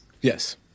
Yes